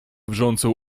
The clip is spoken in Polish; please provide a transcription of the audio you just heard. wrzącą